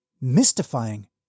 mystifying